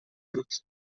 drifts